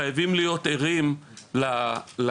חייבים להיות ערים למשמעויות